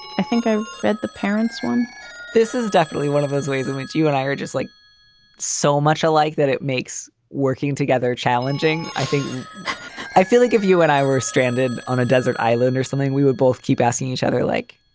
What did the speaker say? i think i've read the parents one this is definitely one of those ways in which you and i are just like so much alike that it makes working together challenging. i think i feel like if you and i were stranded on a desert island or something, we would both keep asking each other like,